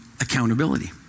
accountability